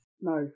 No